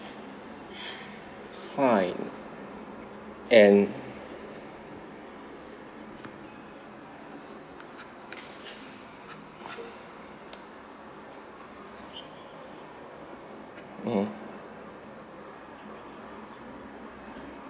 fine and hmm